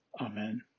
amen